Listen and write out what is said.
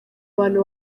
abantu